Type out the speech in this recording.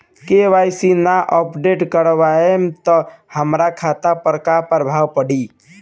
KYC ना update करवाएम त हमार खाता पर का प्रभाव पड़ी?